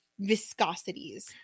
viscosities